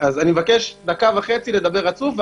אני מבקש דקה וחצי, לדבר רצוף.